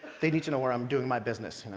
they need to know where i'm doing my business,